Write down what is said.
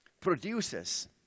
produces